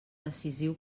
decisiu